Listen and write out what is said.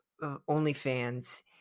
OnlyFans